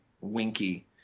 winky